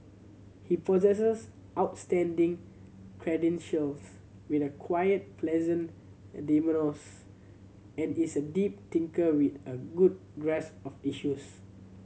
he possesses outstanding credentials with a quiet pleasant and is a deep thinker with a good grasp of issues